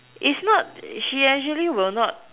is not she actually will not